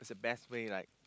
the best way like